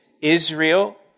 Israel